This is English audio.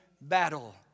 battle